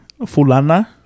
Fulana